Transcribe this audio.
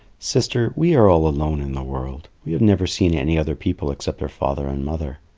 sister, we are all alone in the world. we have never seen any other people except our father and mother.